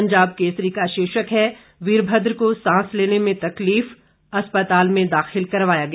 पंजाब केसरी का शीर्षक है वीरभद्र को सांस लेने में तकलीफ अस्पताल में दाखिल करवाया गया